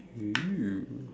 !woo!